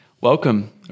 welcome